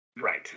Right